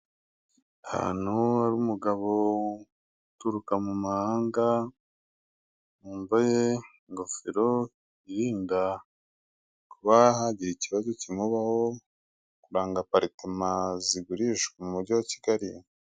Ahantu hari umugabo uturuka mu mahanga, wambaye ingofero irinda kuba hagira ikibazo kimubaho, kuranga aparitoma zigurishwa mujyi wa Kigali.